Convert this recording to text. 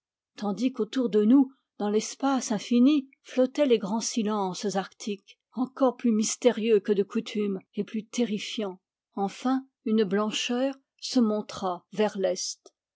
tandis qu'autour de nous dans l'espace infini flottaient les grands silences arctiques encore plus mystérieux que de coutume et plus terrifiants enfin une blancheur se montra vers l'est